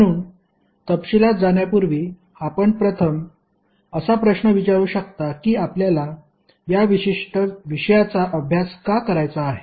म्हणून तपशिलात जाण्यापूर्वी आपण प्रथम असा प्रश्न विचारु शकता की आपल्याला या विशिष्ट विषयाचा अभ्यास का करायचा आहे